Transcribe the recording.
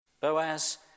Boaz